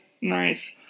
Nice